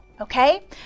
okay